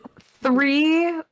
three